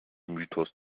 mythos